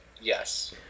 yes